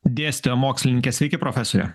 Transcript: dėstytoja mokslininkė sveiki profesore